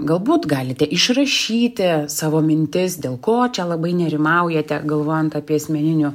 galbūt galite išrašyti savo mintis dėl ko čia labai nerimaujate galvojant apie asmeninių